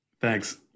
Thanks